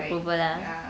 approval lah